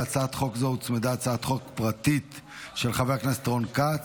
להצעת חוק זו הוצמדה הצעת חוק פרטית של חבר הכנסת רון כץ.